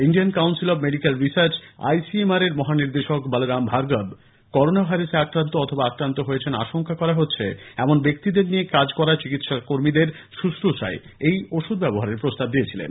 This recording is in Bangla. Indian Council of Medical Research আইসিএমআরএর মহানির্দেশক বলরাম ভার্গব করোনা ভাইরাসে আক্রান্ত অথবা আক্রান্ত হয়েছেন আশঙ্কা করা হচ্ছে এমন ব্যক্তিদের নিয়ে কাজ করা চিকিৎসা কর্মীদের শুশ্রষায় এই ওষুধ ব্যবহারের প্রাস্তাব দিয়েছিলেন